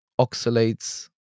oxalates